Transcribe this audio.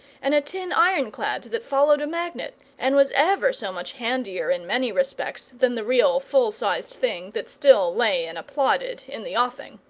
and a tin iron-clad that followed a magnet, and was ever so much handier in many respects than the real full-sized thing that still lay and applauded in the offing.